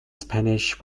spanish